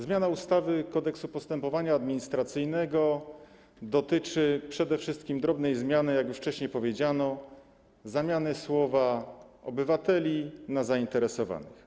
Zmiana ustawy - Kodeks postępowania administracyjnego dotyczy przede wszystkim drobnej kwestii, jak już wcześniej powiedziano, zamiany słowa „obywateli” na „zainteresowanych”